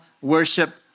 worship